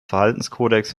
verhaltenskodex